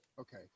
Okay